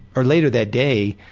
or later that day,